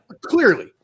Clearly